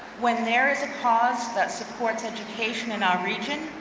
when there is a cause that supports education in our region,